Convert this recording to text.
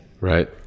Right